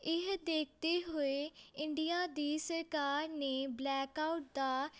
ਇਹ ਦੇਖਦੇ ਹੋਏ ਇੰਡੀਆ ਦੀ ਸਰਕਾਰ ਨੇ ਬਲੈਕ ਆਊਟ ਦਾ